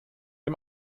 ihm